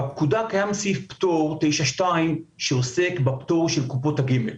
בפקודה קיים סעיף פטור 9(2) שעוסק בפטור של קופות הגמל,